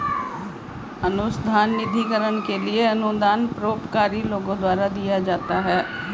अनुसंधान निधिकरण के लिए अनुदान परोपकारी लोगों द्वारा दिया जाता है